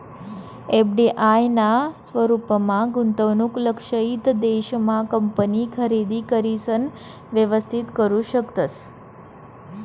FDI ना स्वरूपमा गुंतवणूक लक्षयित देश मा कंपनी खरेदी करिसन व्यवस्थित करू शकतस